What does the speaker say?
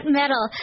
metal